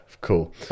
cool